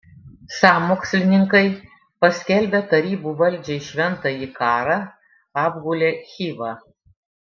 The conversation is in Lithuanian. sąmokslininkai paskelbę tarybų valdžiai šventąjį karą apgulė chivą